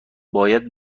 باید